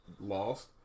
lost